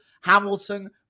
Hamilton